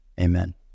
amen